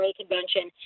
convention